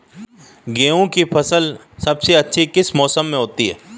गेंहू की फसल सबसे अच्छी किस मौसम में होती है?